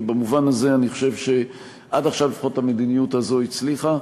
ובמובן הזה אני חושב שעד עכשיו לפחות המדיניות הזאת הצליחה.